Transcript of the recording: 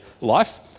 life